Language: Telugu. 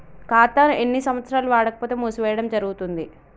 ఖాతా ఎన్ని సంవత్సరాలు వాడకపోతే మూసివేయడం జరుగుతుంది?